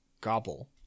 Gobble